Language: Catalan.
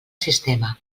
sistema